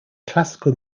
classical